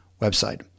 website